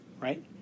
right